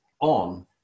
on